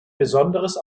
besonderes